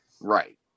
Right